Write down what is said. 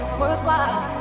worthwhile